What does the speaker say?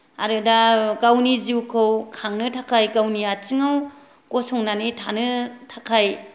आरो दा गावनि जिउखौ खांनो थाखाय गावनि आथिंआव गसंनानै थानो थाखाय